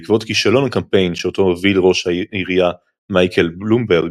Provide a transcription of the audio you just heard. בעקבות כישלון הקמפיין שאותו הוביל ראש העירייה מייקל בלומברג,